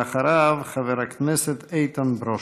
ואחריו, חבר הכנסת איתן ברושי.